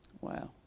wow